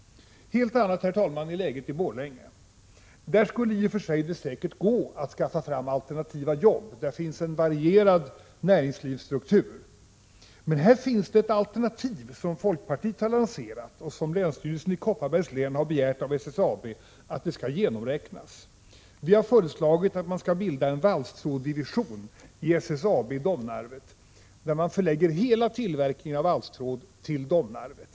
Herr talman! I Borlänge är läget ett helt annat. Där skulle det i och för sig gå att skaffa alternativa arbeten, eftersom det finns en varierad näringslivsstruktur. Folkpartiet har här lanserat ett alternativ, som länsstyrelsen i Kopparbergs län har bett SSAB att räkna på. Vi har föreslagit att det skall bildas en valstrådsdivision vid SSAB i Domnarvet. Hela tillverkningen av valstråd skulle förläggas till Domnarvet.